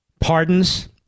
pardons